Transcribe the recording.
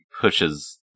pushes